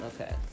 okay